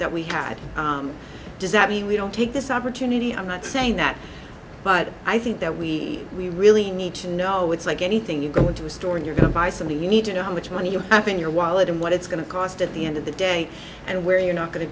that we had does that mean we don't take this opportunity i'm not saying that but i think that we we really need to know it's like anything you go into a store and you're come by something you need to know how much money you're having your wallet and what it's going to cost at the end of the day and where you're not going to